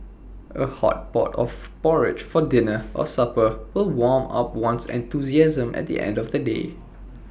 A hot pot of porridge for dinner or supper will warm up one's enthusiasm at the end of A day